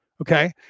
okay